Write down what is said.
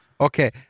Okay